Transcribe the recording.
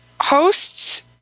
Hosts